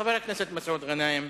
חבר הכנסת מסעוד גנאים,